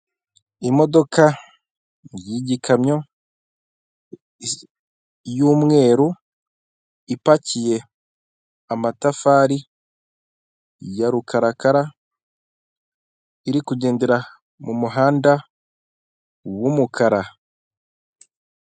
Imodoka y'igikamyo y'umweru ipakiye amatafari ya rukarakara iri kugendera mu muhanda w'umukara.